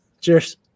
Cheers